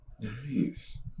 Nice